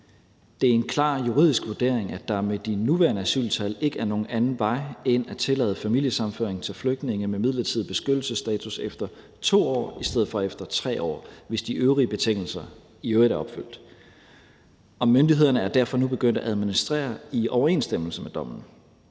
Det er en klar juridisk vurdering, at der med de nuværende asyltal ikke er nogen anden vej end at tillade familiesammenføring til flygtninge med midlertidig beskyttelsesstatus efter 2 år i stedet for efter 3 år, hvis de øvrige betingelser i øvrigt er opfyldt, og myndighederne er derfor nu begyndt at administrere i overensstemmelse med dommen.